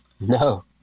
No